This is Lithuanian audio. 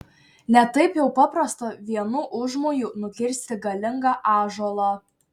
ne taip jau paprasta vienu užmoju nukirsti galingą ąžuolą